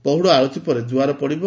ପହୁଡ଼ ଆଳତି ପରେ ଦୁଆର ପଡ଼ିବ